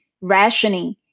rationing